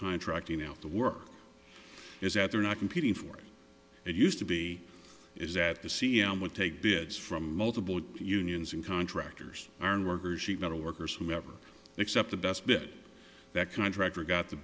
contracting out the work is that they're not competing for it used to be is that the c m would take bids from multiple unions and contractors are an workers sheet metal workers who never except the best bit that contractor got the